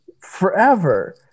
forever